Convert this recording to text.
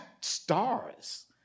stars